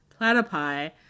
platypi